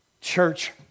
Church